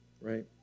right